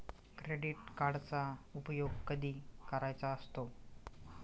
Credit कार्डचा उपयोग कधी करायचा असतो?